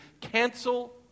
Cancel